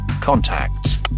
contacts